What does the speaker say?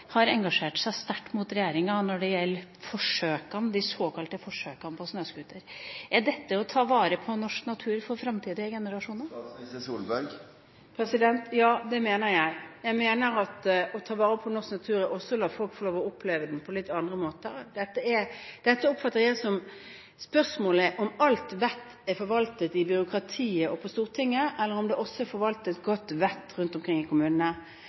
har engasjert seg sterkt mot regjeringa når det gjelder de såkalte forsøkene på snøscooter. Er dette å ta vare på norsk natur for framtidige generasjoner? Ja, det mener jeg. Jeg mener at det å ta vare på norsk natur også er å la folk få oppleve den på litt andre måter. Dette oppfatter jeg som spørsmålet om alt vett er forvaltet i byråkratiet og på Stortinget, eller om det også forvaltes godt vett i kommunene. På det området pleier jeg og representanten Trine Skei Grande å være enige om at kommunene